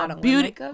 Beauty